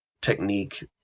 technique